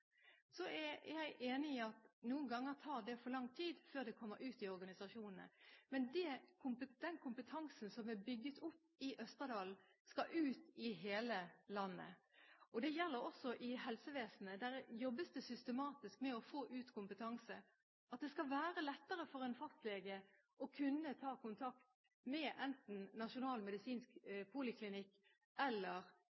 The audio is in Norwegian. er enig i at noen ganger tar det for lang tid før det kommer ut i organisasjonene. Men den kompetansen som er bygd opp i Østerdalen, skal ut i hele landet. Det gjelder også i helsevesenet. Det jobbes systematisk med å få ut kompetanse, at det skal være lettere for en fastlege å kunne ta kontakt med enten nasjonal medisinsk